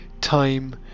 time